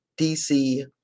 DC